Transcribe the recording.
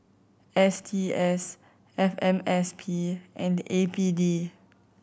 S T S F M S P and A P D